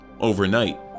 overnight